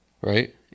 right